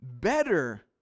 better